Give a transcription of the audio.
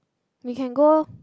we can go